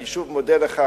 אני שוב מודה לך,